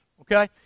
okay